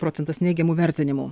procentas neigiamų vertinimų